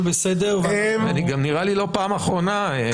נראה לי גם לא פעם אחרונה.